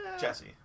Jesse